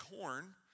corn